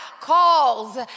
calls